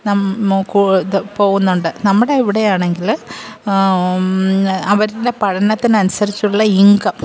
പോകുന്നുണ്ട് നമ്മുടെ ഇവിടെയാണെങ്കിൽ അവരുടെ പഠനത്തിന് അനുസരിച്ചുള്ള ഇൻകം